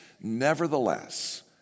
Nevertheless